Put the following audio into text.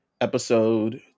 episode